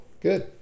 Good